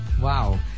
Wow